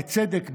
בצדק,